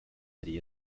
city